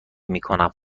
میکنم